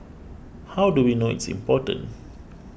how do we know it's important